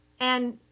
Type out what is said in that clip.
And-